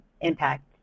impact